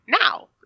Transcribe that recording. Now